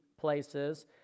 places